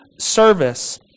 service